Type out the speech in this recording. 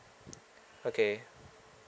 okay